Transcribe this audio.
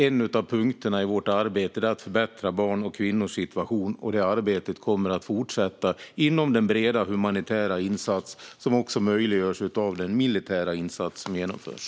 En av punkterna i vårt arbete är att förbättra barns och kvinnors situation. Det arbetet kommer att fortsätta inom den breda humanitära insats som också möjliggörs av den militära insats som genomförs.